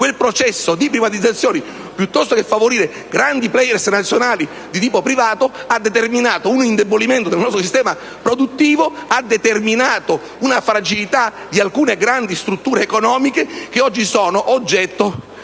quel processo di privatizzazione, piuttosto che favorire grandi *player* nazionali di tipo privato, ha determinato un indebolimento del nostro sistema produttivo, nonché la fragilità di alcune grandi strutture economiche che oggi sono oggetto